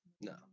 No